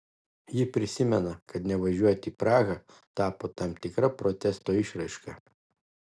ji prisimena kad nevažiuoti į prahą tapo tam tikra protesto išraiška